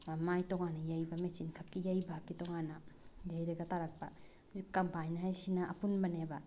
ꯃꯥꯒꯤ ꯇꯣꯉꯥꯟꯅ ꯌꯩꯕ ꯃꯦꯆꯤꯟ ꯈꯛꯀꯤ ꯌꯩꯕꯈꯛꯀꯤ ꯇꯣꯉꯥꯟꯅ ꯌꯩꯔꯒ ꯇꯥꯔꯛꯄ ꯍꯧꯖꯤꯛ ꯀꯝꯕꯥꯏꯟ ꯍꯥꯏꯁꯤꯅ ꯑꯄꯨꯟꯕꯅꯦꯕ